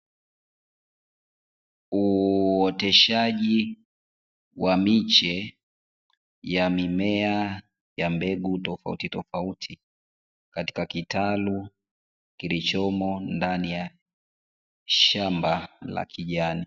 Uoteshaji wa miche ya mimea ya mbegu tofauti tofauti katika kitalu kilichomo ndani ya shamba la kijani.